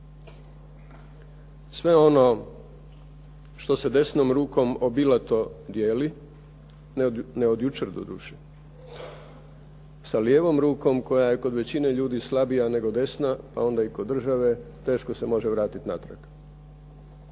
Sve ono što se desnom rukom obilato dijeli ne od jučer doduše sa lijevom rukom koja je kod većine ljudi slabija nego desna pa onda i kod države teško se može vratiti natrag.